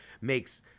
makes